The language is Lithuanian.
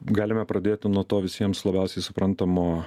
galime pradėti nuo to visiems labiausiai suprantamo